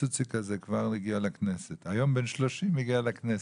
״הצוציק הזה כבר הגיע לכנסת.״ היום כבר בגיל 30 אתה מגיע לכנסת,